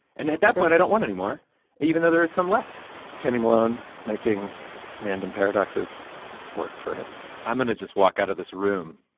and at that point, i don't want anymore even though there is some left kenny malone making random paradoxes work for him i'm going to just walk out of this room.